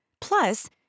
Plus